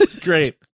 great